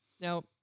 Now